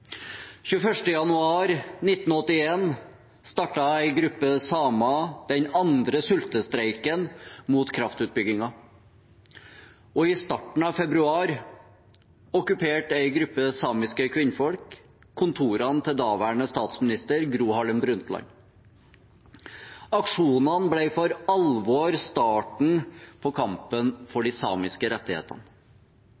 januar 1981 startet en gruppe samer den andre sultestreiken mot kraftutbyggingen. I starten av februar okkuperte en gruppe samiske kvinner kontorene til daværende statsminister Gro Harlem Brundtland. Aksjonene ble for alvor starten på kampen for